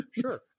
sure